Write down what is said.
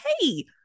Hey